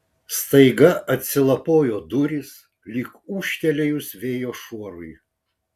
staiga atsilapojo durys lyg ūžtelėjus vėjo šuorui